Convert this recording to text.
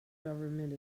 government